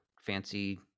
fancy